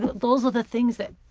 but those are the things that.